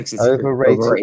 overrated